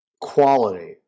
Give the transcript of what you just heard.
quality